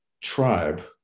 tribe